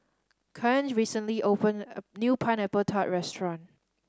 Cain recently opened a new Pineapple Tart restaurant